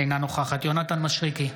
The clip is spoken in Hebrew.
אינה נוכחת יונתן מישרקי,